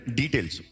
details